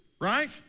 right